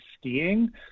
skiing